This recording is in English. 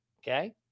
Okay